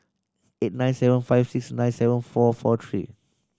eight nine seven five six nine seven four four three